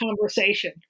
conversation